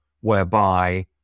whereby